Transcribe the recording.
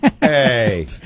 Hey